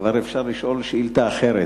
כבר אפשר לשאול שאילתא אחרת.